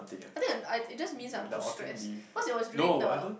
I think I'm I it just means I'm too stress cause it was during the